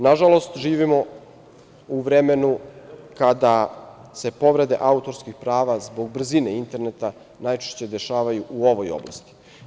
Nažalost, živimo u vremenu kada se povrede autorskih prava, zbog brzine interneta, najčešće dešavaju u ovoj oblasti.